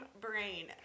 brain